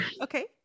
Okay